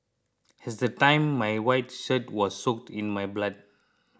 it's the time my white shirt was soaked in my blood